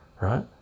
right